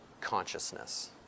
consciousness